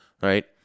right